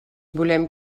volem